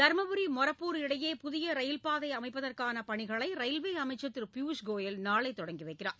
தர்மபுரி மொரப்பூர் இடையே புதிய ரயில்பாதை அமைப்பதற்கான பணிகளை ரயில்வே அமைச்சர் திரு பியூஷ்கோயல் நாளை தொடங்கி வைக்கிறார்